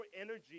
energy